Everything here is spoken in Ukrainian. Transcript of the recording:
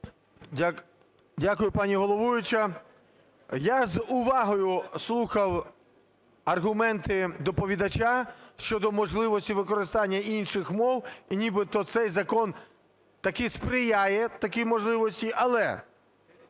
Дякую, пані головуюча. Я з увагою слухав аргументи доповідача щодо можливості використання інших мов, нібито цей закон таки сприяє такій можливості. Але